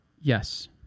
Yes